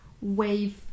wave